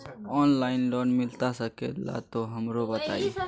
Online loan मिलता सके ला तो हमरो बताई?